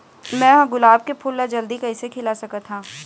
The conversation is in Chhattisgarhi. मैं ह गुलाब के फूल ला जल्दी कइसे खिला सकथ हा?